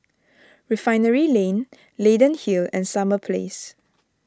Refinery Lane Leyden Hill and Summer Place